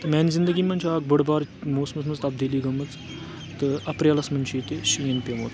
تہٕ میانہِ زندگی منٛز چھُ اکھ بٔڑ بار موسمَس منٛز تبدیٖلی گٔمٕژ تہٕ اَپریلَس منٛز چھُ ییٚتہِ شیٖن پیوٚمُت